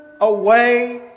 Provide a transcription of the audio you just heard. away